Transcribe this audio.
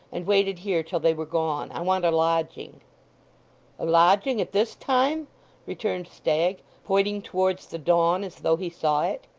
and waited here till they were gone. i want a lodging a lodging at this time returned stagg, pointing towards the dawn as though he saw it.